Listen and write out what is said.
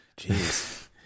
Jeez